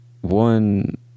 one